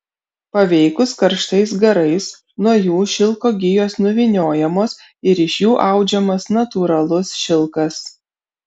paveikus karštais garais nuo jų šilko gijos nuvyniojamos ir iš jų audžiamas natūralus šilkas